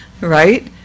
right